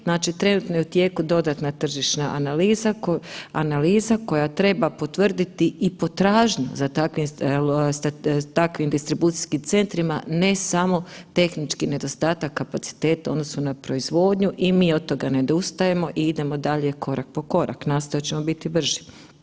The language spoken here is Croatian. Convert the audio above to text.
Znači trenutno je u tijeku dodatna tržišna analiza koja treba potvrditi i potražnju za takvim distribucijskim centrima, ne samo tehnički nedostataka kapaciteta u odnosu na proizvodnju i mi od toga ne odustajemo i idemo dalje korak po korak, nastojat ćemo biti brži.